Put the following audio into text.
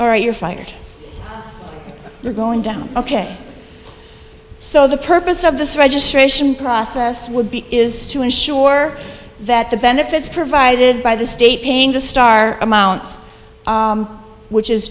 right you're fired you're going down ok so the purpose of this registration process would be is to ensure that the benefits provided by the state paying the star amounts which is